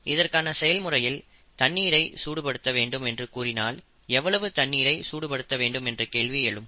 இதற்கான செயல் முறையில் தண்ணீரைச் சூடு படுத்த வேண்டும் என்று கூறினால் எவ்வளவு தண்ணீர் சூடு படுத்த வேண்டும் என்ற கேள்வி எழும்